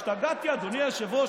השתגעתי, אדוני היושב-ראש.